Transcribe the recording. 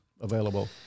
available